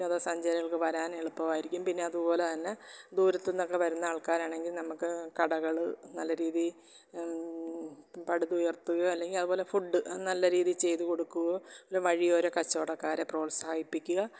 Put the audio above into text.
വിനോദസഞ്ചാരികള്ക്ക് വരാൻ എളുപ്പമായിരിക്കും പിന്നെ അതുപോലെത്തന്നെ ദൂരത്തുനിന്നെക്കെ വരുന്ന ആള്ക്കാരാണെങ്കില് നമുക്ക് കടകൾ നല്ല രീതിയിൽ പടുത്തുയര്ത്തുകയോ അല്ലെങ്കിൽ അതുപോലെ ഫുഡ് നല്ല രീതിയിൽ ചെയ്ത് കൊടുക്കുകയോ വല്ല വഴിയോരക്കച്ചവടക്കാരെ പ്രോത്സാഹിപ്പിക്കുക